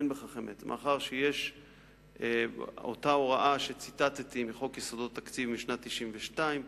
מאחר שיש אותה הוראה שציטטתי מחוק יסודות התקציב משנת 1992,